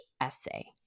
essay